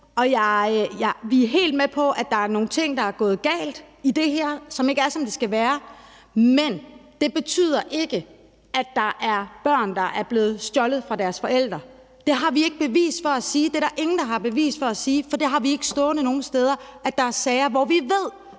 vi er helt med på, at der er nogle ting, der er gået galt i det her, og som ikke er, som det skal være. Men det betyder ikke, at der er børn, der er blevet stjålet fra deres forældre. Det har vi ikke bevis for; det er der ingen der har bevis for. For vi har ikke stående nogen steder, at der er sager, hvor vi ved